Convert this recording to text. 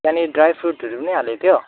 त्यहाँनिर ड्राईफुटहरू पनि हालेको थियो